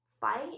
Fight